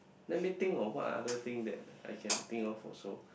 let me think of what other things that I can think of also